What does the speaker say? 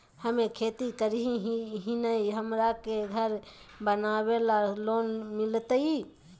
हमे खेती करई हियई, हमरा के घर बनावे ल लोन मिलतई?